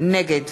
נגד